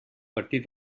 partir